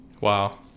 Wow